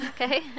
Okay